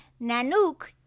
Nanook